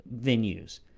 venues